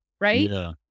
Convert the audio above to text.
Right